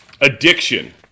addiction